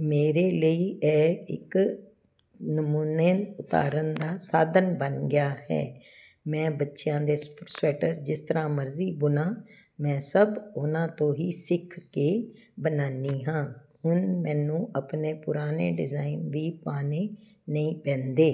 ਮੇਰੇ ਲਈ ਇਹ ਇੱਕ ਨਮੂਨੇ ਉਤਾਰਨ ਦਾ ਸਾਧਨ ਬਣ ਗਿਆ ਹੈ ਮੈਂ ਬੱਚਿਆਂ ਦੇ ਸਵੈਟਰ ਜਿਸ ਤਰ੍ਹਾਂ ਮਰਜ਼ੀ ਬੁਣਾਂ ਮੈਂ ਸਭ ਉਹਨਾਂ ਤੋਂ ਹੀ ਸਿੱਖ ਕੇ ਬਣਾਉਣੀ ਹਾਂ ਹੁਣ ਮੈਨੂੰ ਆਪਣੇ ਪੁਰਾਣੇ ਡਿਜਾਈਨ ਵੀ ਪਾਣੇ ਨਹੀਂ ਪੈਂਦੇ